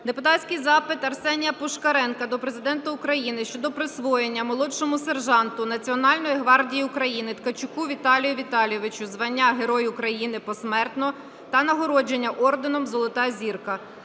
Депутатський запит Арсенія Пушкаренка до Президента України щодо присвоєння молодшому сержанту Національної гвардії України Ткачуку Віталію Віталійовичу звання Герой України (посмертно) та нагородження орденом "Золота Зірка".